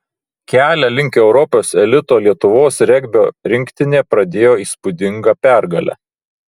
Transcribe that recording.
kelią link europos elito lietuvos regbio rinktinė pradėjo įspūdinga pergale